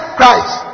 Christ